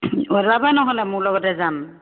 অঁ উলােৱাবা নহ'লে মোৰ লগতে যাম